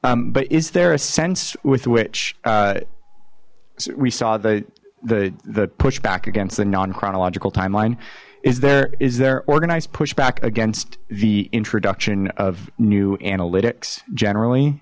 but is there a sense with which we saw the the the pushback against the non chronological timeline is there is there organized pushback against the introduction of new analytics generally